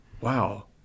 wow